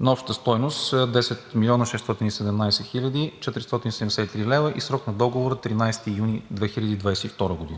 на обща стойност 10 млн. 617 хил. 473 лв. и срок на договора 13 юни 2022 г.